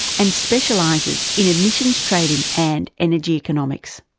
and specialises in emissions trading and energy economics.